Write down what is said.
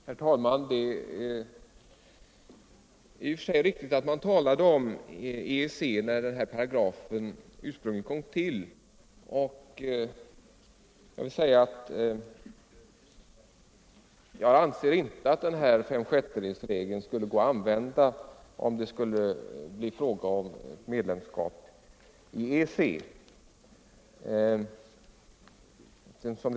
Herr talman! Det är i och för sig riktigt att man talade om EEC när den här paragrafen ursprungligen kom till. Jag anser dock inte att förfarandet med fem sjättedels majoritet skulle gå att använda vid ett svenskt med lemskap i EG.